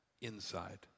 inside